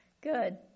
Good